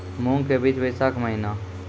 मूंग के बीज बैशाख महीना